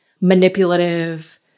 manipulative